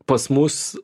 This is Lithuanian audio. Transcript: pas mus